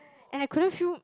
and I couldn't feel